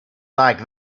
like